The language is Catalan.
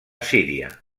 síria